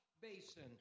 basin